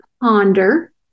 ponder